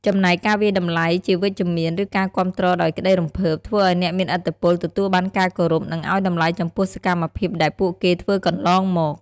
ចំណែកការវាយតម្លៃជាវិជ្ជមានឬការគាំទ្រដោយក្តីរំភើប ធ្វើឱ្យអ្នកមានឥទ្ធិពលទទួលបានការគោរព និងឲ្យតម្លៃចំពោះសម្មភាពដែលពួកគេធ្វើកន្លងមក។